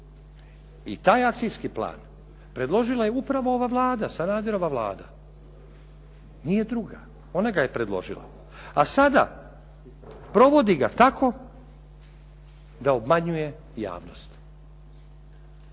I taj akcijski plan predložila je upravo ova Vlada, Sanaderova Vlada. Nije druga. Ona ga je predložila, a sada provodi ga tako da obmanjuje javnost.